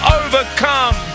overcome